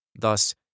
Thus